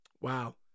wow